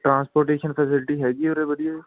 transportation ਫਿਰ ready ਹੈਗੀ ਉਰੇ ਵਧੀਆ